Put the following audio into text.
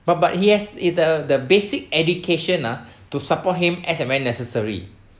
but but he has either the basic education ah to support him as and when necessary